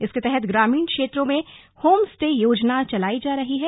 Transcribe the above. इसके तहत ग्रामीण क्षेत्रों में होम स्टे योजना चलायी जा रही है